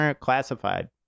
classified